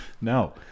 No